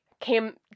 came